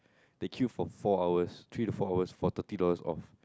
they queue for four hours three to four hours for thirty dollars off